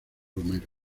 homero